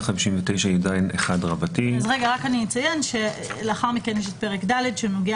אני אציין שלאחר מכן יש את פרק ד' שנוגע